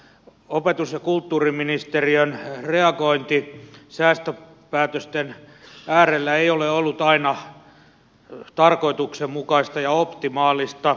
opetus ja kulttuuriministeriön reagointi säästöpäätösten äärellä ei ole ollut aina tarkoituksenmukaista ja optimaalista